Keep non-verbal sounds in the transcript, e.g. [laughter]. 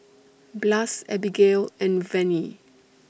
[noise] Blas Abigail and Venie [noise]